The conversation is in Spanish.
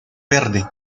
verde